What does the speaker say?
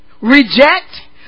reject